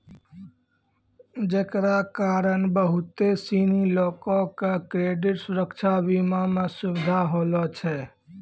जेकरा कारण बहुते सिनी लोको के क्रेडिट सुरक्षा बीमा मे सुविधा होलो छै